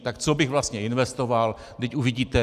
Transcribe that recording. Tak co bych vlastně investoval, vždyť uvidíte.